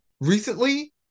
recently